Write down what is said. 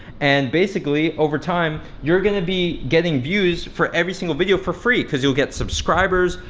and basically over time, you're gonna be getting views for every single video for free. cause you'll get subscribers,